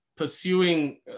pursuing